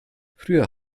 früher